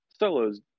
Solo's